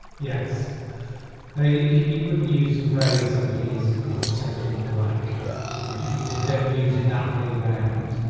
yes no you you wouldn't use the phrase somebody is is totally black you just you just don't use it that way round